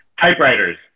Typewriters